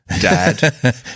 Dad